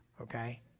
okay